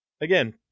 again